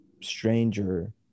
stranger